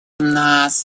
нас